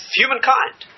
humankind